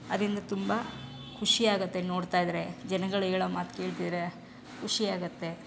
ಅದರಿಂದ ತುಂಬ ಖುಷಿಯಾಗುತ್ತೆ ನೋಡ್ತಾಯಿದ್ರೆ ಜನಗಳು ಹೇಳೋ ಮಾತು ಕೇಳ್ತಿದ್ದರೆ ಖುಷಿಯಾಗುತ್ತೆ